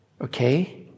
Okay